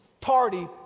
party